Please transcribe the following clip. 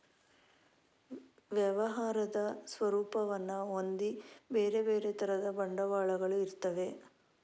ವ್ಯವಹಾರದ ಸ್ವರೂಪವನ್ನ ಹೊಂದಿ ಬೇರೆ ಬೇರೆ ತರದ ಬಂಡವಾಳಗಳು ಇರ್ತವೆ